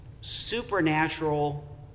supernatural